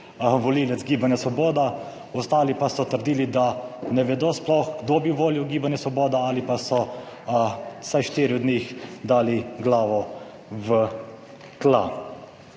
volivec Gibanja Svoboda, ostali pa so trdili, da sploh ne vedo, kdo bi volil Gibanje Svoboda, ali pa so vsaj štirje od njih dali glavo v tla.